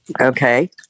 okay